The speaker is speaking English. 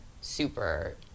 super